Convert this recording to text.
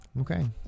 okay